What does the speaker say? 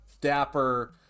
dapper